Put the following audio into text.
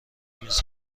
میز